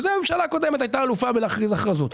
הממשלה הקודמת הייתה אלופה בלהכריז הכרזות.